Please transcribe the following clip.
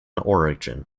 origin